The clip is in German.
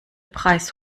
preis